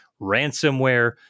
ransomware